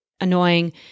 annoying